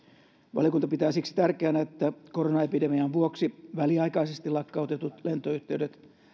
valiokunta pitää siksi tärkeänä että koronaepidemian vuoksi väliaikaisesti lakkautetut lentoyhteydet